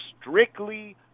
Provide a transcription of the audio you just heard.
strictly